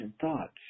thoughts